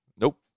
Nope